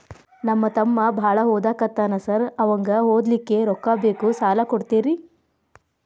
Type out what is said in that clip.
ನಮ್ಮ ತಮ್ಮ ಬಾಳ ಓದಾಕತ್ತನ ಸಾರ್ ಅವಂಗ ಓದ್ಲಿಕ್ಕೆ ರೊಕ್ಕ ಬೇಕು ಸಾಲ ಕೊಡ್ತೇರಿ?